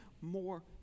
more